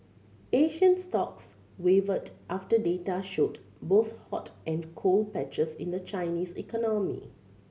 Asian stocks wavered after data showed both hot and cold patches in the Chinese economy